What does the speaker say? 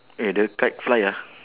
eh the kite fly ah